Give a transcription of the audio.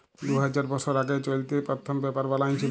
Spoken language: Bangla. দু হাজার বসর আগে চাইলাতে পথ্থম পেপার বালাঁই ছিল